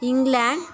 England